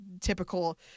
typical